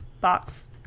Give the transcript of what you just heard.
box